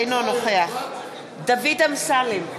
אינו נוכח דוד אמסלם,